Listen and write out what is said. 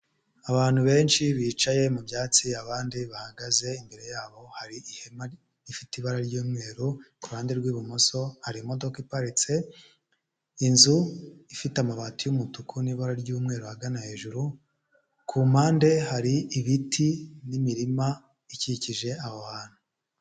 Abantu benshi bicaye mu byatsi abandi bahagaze, imbere yabo hari ihema rifite ibara ry'umweru ruhande rw'ibumoso hari imodoka iparitse. Inzu ifite amabati y'umutuku n'ibara ry'umweru ahagana hejuru, ku mpande hari ibiti n'imirima ikikije aho hantu.